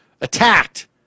attacked